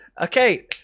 Okay